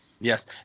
Yes